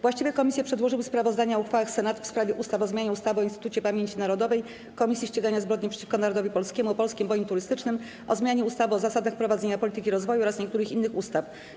Właściwe komisje przedłożyły sprawozdania o uchwałach Senatu w sprawie ustaw: - o zmianie ustawy o Instytucie Pamięci Narodowej - Komisji Ścigania Zbrodni przeciwko Narodowi Polskiemu, - o Polskim Bonie Turystycznym, - o zmianie ustawy o zasadach prowadzenia polityki rozwoju oraz niektórych innych ustaw.